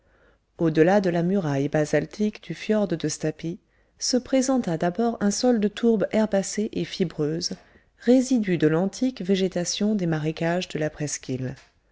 delà de la muraille basaltique du fjrd de stapi se présenta d'abord un sol de tourbe herbacée et fibreuse résidu de l'antique végétation des marécages de la presqu'île